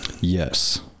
Yes